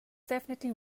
definitely